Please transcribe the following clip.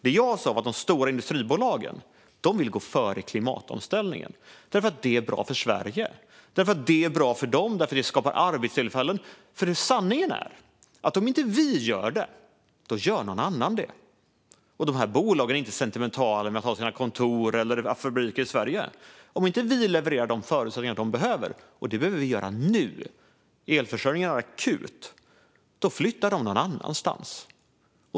Det jag sa var att de stora industribolagen vill gå före i klimatomställningen för att det är bra för Sverige, för att det är bra för dem och för att det skapar arbetstillfällen. För sanningen är att om vi inte gör det så gör någon annan det. Dessa bolag är inte sentimentala med att ha sina kontor eller fabriker i Sverige. Om vi inte levererar de förutsättningar de behöver - och det behöver vi göra nu, för elförsörjningsproblemet är akut - då flyttar de någon annanstans.